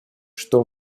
что